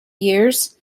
years